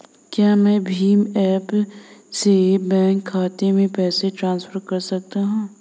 क्या मैं भीम ऐप से बैंक खाते में पैसे ट्रांसफर कर सकता हूँ?